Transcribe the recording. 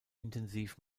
intensiv